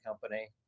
company